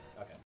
Okay